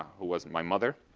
who was my mother.